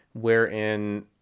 wherein